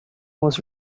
was